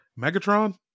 Megatron